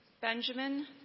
Benjamin